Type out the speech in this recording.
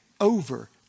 over